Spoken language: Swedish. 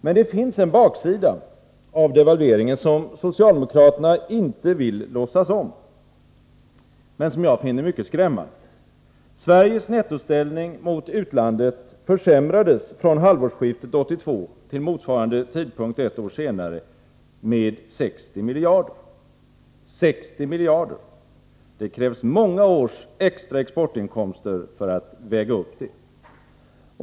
Det finns emellertid en baksida av devalveringen som socialdemokraterna inte vill låtsas om men som jag finner mycket skrämmande. Sveriges nettoställning mot utlandet försämrades från halvårsskiftet 1982 till motsvarande tidpunkt ett år senare med 60 miljarder. Det krävs många års extra exportinkomster för att väga upp det.